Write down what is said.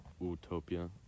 utopia